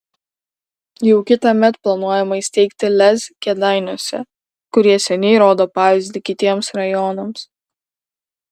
jau kitąmet planuojama įsteigti lez kėdainiuose kurie seniai rodo pavyzdį kitiems rajonams